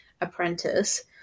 apprentice